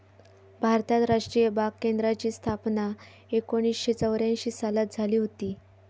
भारतात राष्ट्रीय बाग केंद्राची स्थापना एकोणीसशे चौऱ्यांशी सालात झाली हुती